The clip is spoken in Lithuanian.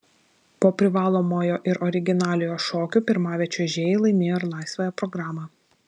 po privalomojo ir originaliojo šokių pirmavę čiuožėjai laimėjo ir laisvąją programą